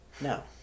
No